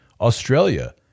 Australia